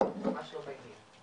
ממש לא בעניין.